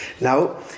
Now